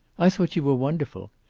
i thought you were wonderful.